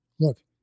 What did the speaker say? Look